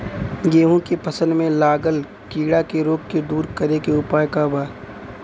गेहूँ के फसल में लागल कीड़ा के रोग के दूर करे के उपाय का बा?